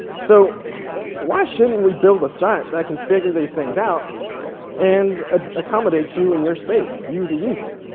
so why should we build a site that can figure these things out and ah accommodate you in your space, you the user.